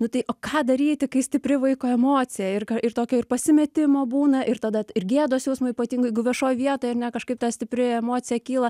nu tai o ką daryti kai stipri vaiko emocija ir kai ir tokio pasimetimo būna ir tada gėdos jausmo ypatingo jeigu viešoj vietoj ar ne kažkaip ta stipri emocija kyla